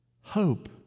Hope